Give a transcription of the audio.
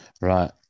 right